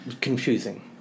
Confusing